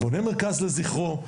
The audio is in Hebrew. בונה מרכז לזכרו,